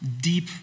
deep